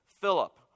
Philip